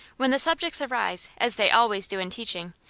when the subjects arise, as they always do in teaching,